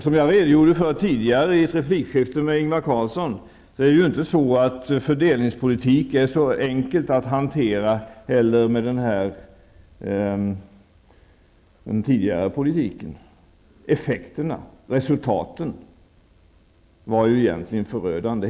Som jag redogjorde för tidigare i ett replikskifte med Ingvar Carlsson är inte fördelningspolitik så enkel att hantera och var inte heller det med den tidigare politiken. Effekterna, resultaten var egentligen förödande.